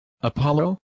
apollo